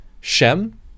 Shem